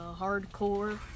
hardcore